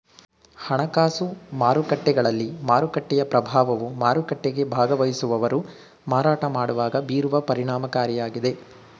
ಹಣಕಾಸು ಮಾರುಕಟ್ಟೆಗಳಲ್ಲಿ ಮಾರುಕಟ್ಟೆಯ ಪ್ರಭಾವವು ಮಾರುಕಟ್ಟೆಗೆ ಭಾಗವಹಿಸುವವರು ಮಾರಾಟ ಮಾಡುವಾಗ ಬೀರುವ ಪರಿಣಾಮಕಾರಿಯಾಗಿದೆ